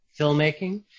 filmmaking